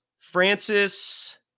Francis